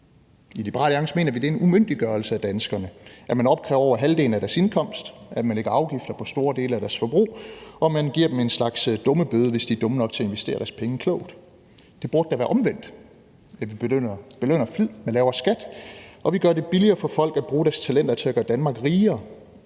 I Liberal Alliance mener vi, det er en umyndiggørelse af danskerne, at man opkræver over halvdelen af deres indkomst, at man lægger afgifter på store dele af deres forbrug, og at man giver dem en slags dummebøde, hvis de er dumme nok til at investere deres penge klogt. Det burde da være omvendt, så man belønner flid med lavere skat, og man gør det billigere for folk at bruge deres talenter til at gøre Danmark rigere.